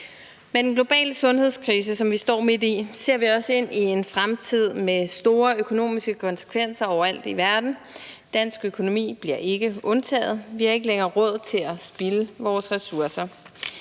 med den globale sundhedskrise, som vi står midt i, ser vi også ind i en fremtid med store økonomiske konsekvenser overalt i verden. Dansk økonomi bliver ikke undtaget. Vi har ikke længere råd til at spilde vores ressourcer.